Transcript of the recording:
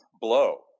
blow